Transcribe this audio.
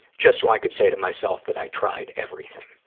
just so i could say to myself that i tried everything.